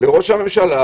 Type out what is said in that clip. לראש הממשלה